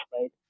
right